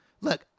Look